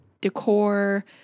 decor